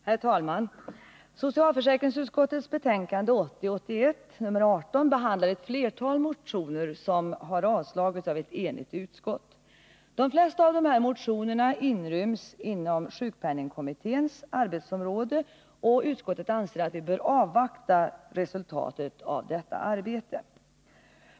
Herr talman! Socialförsäkringsutskottets betänkande 1980/81:18 behandlar ett flertal motioner som har avstyrkts av ett enigt utskott. De flesta motionerna ryms inom sjukpenningkommitténs arbetsområde, och utskottet anser att man bör avvakta resultatet av dess arbete.